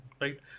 right